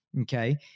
Okay